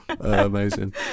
Amazing